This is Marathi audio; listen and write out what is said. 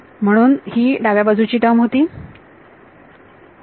म्हणून ही डाव्या बाजूची टर्म होती ओके